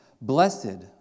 Blessed